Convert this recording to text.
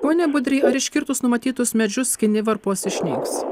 pone budry ar iškirtus numatytus medžius kinivarpos išnyks